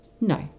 No